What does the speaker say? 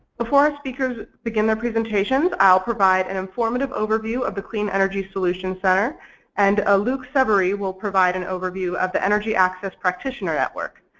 before our speakers begin their presentations i'll provide an informative overview of the clean energy solution center and ah luc severi will provide an overview of the energy access practitioner network.